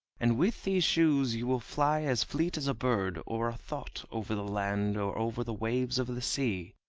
and with these shoes you will fly as fleet as a bird, or a thought, over the land or over the waves of the sea,